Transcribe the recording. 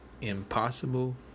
impossible